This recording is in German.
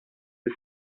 bis